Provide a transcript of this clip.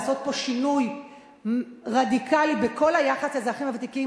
לעשות פה שינוי רדיקלי בכל היחס לאזרחים הוותיקים,